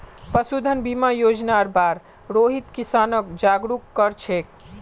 पशुधन बीमा योजनार बार रोहित किसानक जागरूक कर छेक